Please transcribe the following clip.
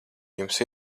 jums